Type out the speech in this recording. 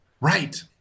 right